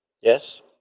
Yes